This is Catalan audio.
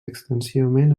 extensivament